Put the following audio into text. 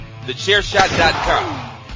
TheChairShot.com